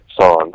songs